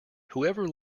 whoever